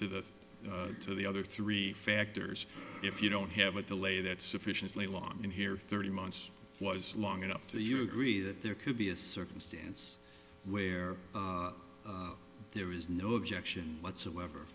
that to the other three factors if you don't have a delay that sufficiently long and here thirty months was long enough that you agree that there could be a circumstance where there was no objection whatsoever